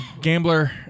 gambler